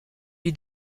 lui